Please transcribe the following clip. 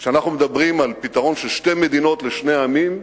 כשאנחנו מדברים על פתרון של שתי מדינות לשני עמים,